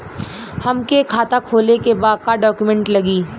हमके खाता खोले के बा का डॉक्यूमेंट लगी?